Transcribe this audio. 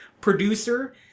producer